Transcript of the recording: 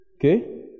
okay